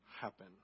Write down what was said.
happen